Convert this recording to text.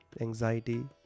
anxiety